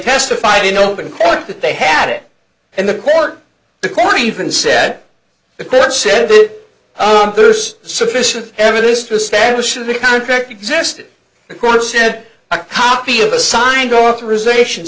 testified in open court that they had it and the court the court even said the court said there's sufficient evidence to establish the contract existed the court said i copy of a signed authorization